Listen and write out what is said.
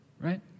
right